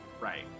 Right